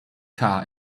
car